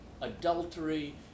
adultery